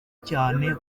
cyane